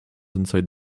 inside